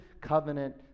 covenant